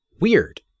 weird